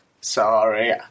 Sorry